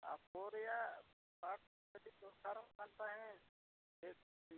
ᱳᱯᱳ ᱨᱮᱭᱟᱜ ᱯᱟᱨᱴ ᱠᱟᱹᱴᱤᱡ ᱫᱚᱨᱠᱟᱨᱚᱜ ᱠᱟᱱ ᱛᱟᱦᱮᱱ